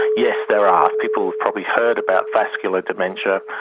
yes, there are. people have probably heard about vascular dementia.